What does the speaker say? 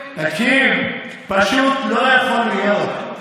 תקשיב, פשוט לא יכול להיות.